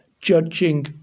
judging